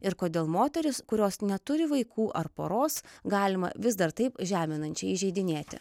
ir kodėl moterys kurios neturi vaikų ar poros galima vis dar taip žeminančiai įžeidinėti